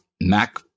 Mac